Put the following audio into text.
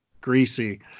Greasy